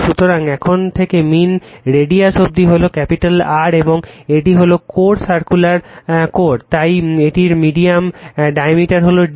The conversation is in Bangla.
সুতরাং এখান থেকে মীন রেডিয়াস অবধি হলো ক্যাপিটাল R এবং এটি হল কোর সার্কুলার কোর তাই এটির ডায়ামিটার হল d